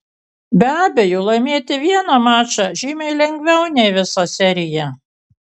be abejo laimėti vieną mačą žymiai lengviau nei visą seriją